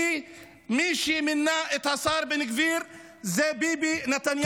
כי מי שמינה את השר בן גביר זה ביבי נתניהו,